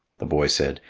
the boy said,